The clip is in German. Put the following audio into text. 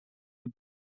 und